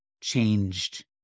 changed